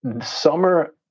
Summer